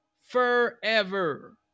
forever